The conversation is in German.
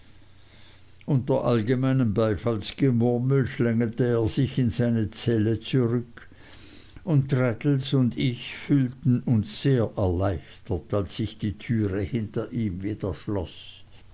unter allgemeinem beifallsgemurmel schlängelte er sich in seine zelle zurück und traddles und ich fühlten uns sehr erleichtert als sich die türe hinter ihm wieder schloß